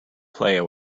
player